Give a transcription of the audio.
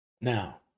Now